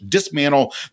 dismantle